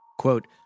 Quote